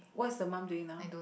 what's the mum doing now